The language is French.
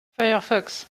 firefox